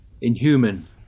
Inhuman